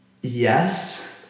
Yes